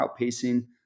outpacing